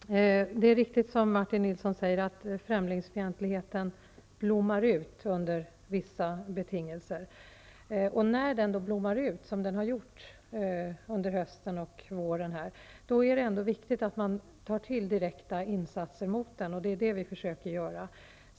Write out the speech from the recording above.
Fru talman! Det är riktigt som Martin Nilsson säger att främlingsfientligheten blommar ut under vissa betingelser. När den då blommar ut, som den har gjort under hösten och våren, är det viktigt att man tar till direkta insatser mot den. Det är det vi försöker göra.